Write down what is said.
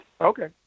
Okay